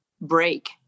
break